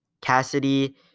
Cassidy